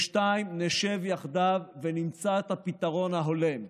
דבר שני, נשב יחדיו ונמצא את הפתרון ההולם.